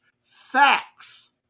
facts